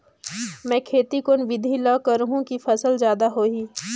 मै खेती कोन बिधी ल करहु कि फसल जादा होही